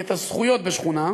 את הזכויות בשכונה.